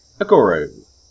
Agoro